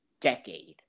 decade